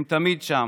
הם תמיד שם.